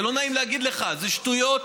לא נעים להגיד לך, זה שטויות.